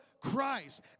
Christ